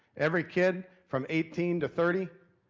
every kid from eighteen to thirty,